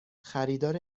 خریدار